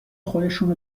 خودشون